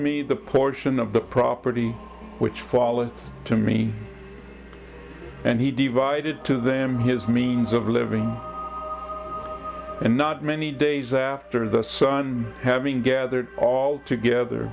me the portion of the property which fallen to me and he divided to them his means of living and not many days after the son having gathered all together